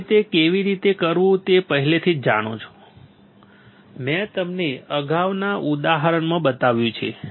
તમે તે કેવી રીતે કરવું તે પહેલાથી જ જાણો છો મેં તેને અગાઉના ઉદાહરણોમાં બતાવ્યું છે